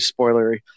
spoilery